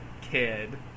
kid